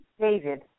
David